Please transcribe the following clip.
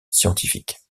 scientifiques